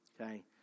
Okay